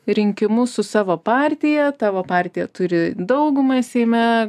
rinkimus su savo partija tavo partija turi daugumą seime